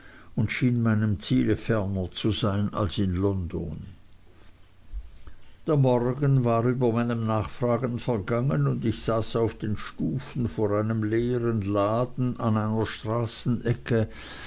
und schien meinem ziel ferner zu sein als in london der morgen war über meinen nachfragen vergangen und ich saß auf den stufen vor einem leeren laden an einer straßenecke